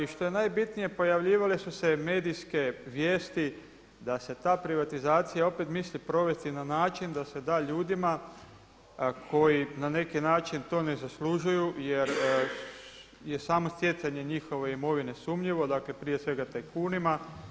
I što je najbitnije pojavljivale su se i medijske vijesti da se ta privatizacija opet misli provesti na način da se da ljudima koji na neki način ne zaslužuju jer samo stjecanje njihove imovine sumnjivo, dakle prije svega tajkunima.